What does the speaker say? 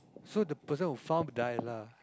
so the person who farm die lah